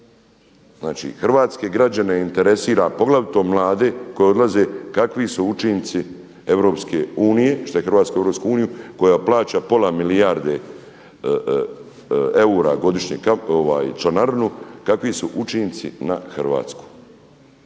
Znači, hrvatske građane interesira poglavito mlade koji odlaze kakvi su učinci EU što je Hrvatska u EU koja plaća pola milijarde eura godišnje članarinu, kakvi su učinci na Hrvatsku